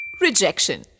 Rejection